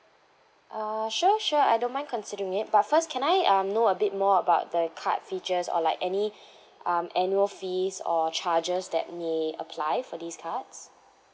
uh sure sure I don't mind considering it but first can I um know a bit more about the card features or like any um annual fees or charges that may apply for these cards